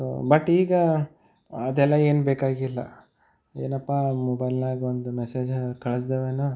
so but ಈಗ ಅದೆಲ್ಲ ಏನು ಬೇಕಾಗಿಲ್ಲ ಏನಪ್ಪಾ ಮೊಬೈಲ್ನಾಗ ಒಂದು ಮೆಸೇಜ್ ಕಳ್ಸಿದೆವೇನೋ